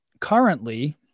currently